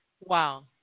Wow